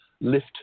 lift